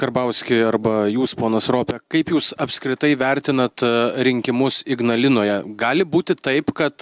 karbauski arba jūs ponas rope kaip jūs apskritai vertinat rinkimus ignalinoje gali būti taip kad